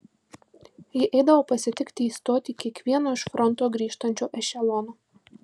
ji eidavo pasitikti į stotį kiekvieno iš fronto grįžtančio ešelono